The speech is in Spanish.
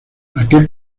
aquel